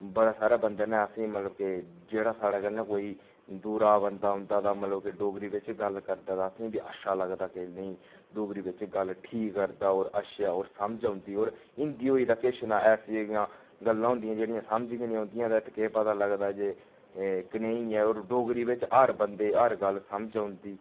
बड़े सारे बन्दे ने असेंगी मतलब के जेह्ड़ा साढ़ै कन्नै कोई दूरा दा बन्दा आंदा तां मतलब के डोगरी बिच्च गल्ल करदा तां असेंगी बी अच्छा लगदा के नेईं डोगरी बिच्च गल्ल ठीक करदा होर अच्छा होर समझ आंदी होर हिन्दी होई तां किश ऐसे गल्लां होंदिया जेहड़ियां समझ गै नी ओंदियां ते एह्दे च केह् पता लगदा जे कनेही ऐ होर डोगरी बिच्च हर बन्दे गी हर गल्ल समझ औंदी